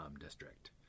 district